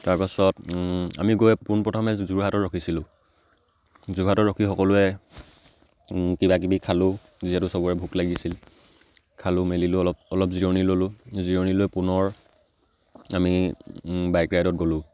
তাৰপাছত আমি গৈ পোনপ্ৰথমে যোৰহাটত ৰখিছিলোঁ যোৰহাটত ৰখি সকলোৱে কিবাকিবি খালোঁ যিহেতু সবৰে ভোক লাগিছিল খালোঁ মেলিলোঁ অলপ অলপ জিৰণি ল'লোঁ জিৰণি লৈ পুনৰ আমি বাইক ৰাইডত গ'লোঁ